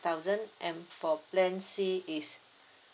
thousand and for plan C is